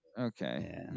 Okay